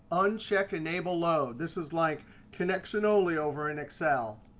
uncheck enable load. this is like connection only over in excel.